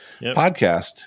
podcast